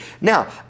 Now